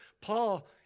Paul